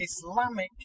Islamic